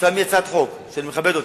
כתוצאה מהצעת חוק, שאני מכבד אותה,